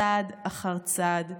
צעד אחר צעד,